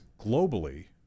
globally